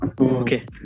okay